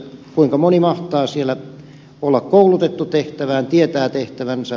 kuinka moni mahtaa siellä olla koulutettu tehtävään tietää tehtävänsä